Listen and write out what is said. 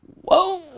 whoa